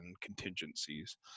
contingencies